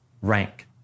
rank